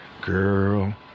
girl